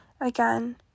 again